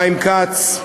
חיים כץ,